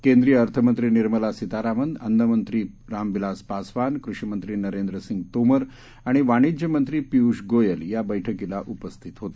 केंद्रीय अर्थमंत्री निर्मला सीतारामन् अन्नमंत्री रामविलास पासवान कृषिमंत्री नरेंद्र सिंग तोमर आणि वाणिज्यमंत्री पियुष गोयल या बैठकीला उपस्थित होते